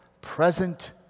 present